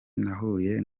nahuye